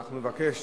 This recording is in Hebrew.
אנחנו נבקש